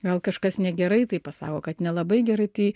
gal kažkas negerai tai pasako kad nelabai gerai tai